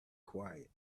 quiet